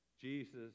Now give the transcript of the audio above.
Jesus